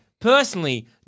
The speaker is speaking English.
Personally